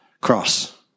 cross